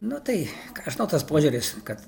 nu tai ką aš žinau tas požiūris kad